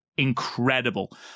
Incredible